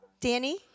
Danny